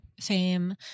fame